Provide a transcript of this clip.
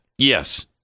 Yes